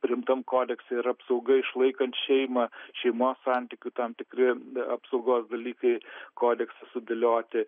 priimtam kodekse yra apsauga išlaikant šeimą šeimos santykių tam tikri apsaugos dalykai kodekse sudėlioti